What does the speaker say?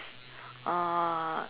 uh